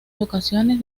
locaciones